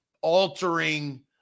altering